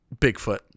Bigfoot